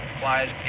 flies